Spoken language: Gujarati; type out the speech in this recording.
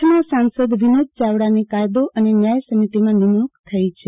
કચ્છના સાસંદ વિનોદ યાવડાની કાયદો અને ન્યાય સમિતિમાં નિમણુંક થઈ છે